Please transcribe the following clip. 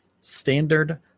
standard